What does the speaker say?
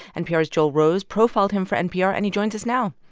npr's joel rose profiled him for npr, and he joins us now.